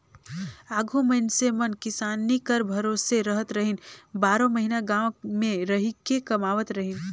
आघु मइनसे मन किसानी कर भरोसे रहत रहिन, बारो महिना गाँव मे रहिके कमावत रहिन